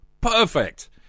Perfect